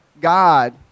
God